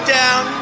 down